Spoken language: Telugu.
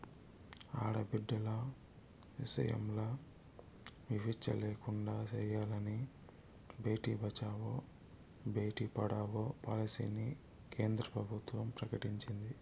ఆడబిడ్డల ఇసయంల వివచ్చ లేకుండా సెయ్యాలని బేటి బచావో, బేటీ పడావో పాలసీని కేంద్ర ప్రభుత్వం ప్రకటించింది